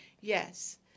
Yes